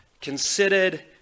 considered